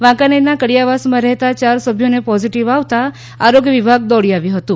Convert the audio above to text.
વાંકાનેરનાં કડિથાં વાસમાં રહેતાં યાર સભ્યોને પો ઝિટિવ આવતા આરોગ્ય વિભાગ દોડી આવ્યું હતું